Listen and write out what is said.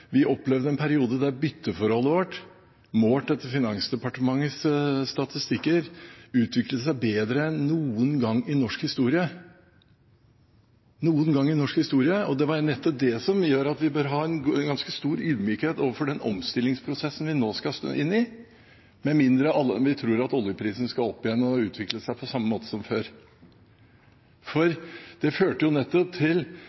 vi opplevde en periode der bytteforholdet vårt, målt etter Finansdepartementets statistikker, utviklet seg bedre enn noen gang i norsk historie – noen gang i norsk historie! Det er nettopp det som gjør at vi bør ha en ganske stor ydmykhet overfor den omstillingsprosessen vi nå skal inn i, med mindre vi tror at oljeprisen skal opp igjen og utvikle seg på samme måte som før. Det førte jo nettopp til